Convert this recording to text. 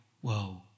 whoa